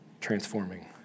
transforming